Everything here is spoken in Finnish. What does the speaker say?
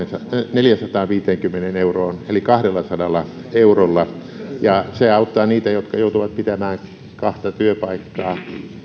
neljäänsataanviiteenkymmeneen euroon eli kahdellasadalla eurolla se auttaa niitä jotka joutuvat pitämään kahta työpaikkaa